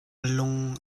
lung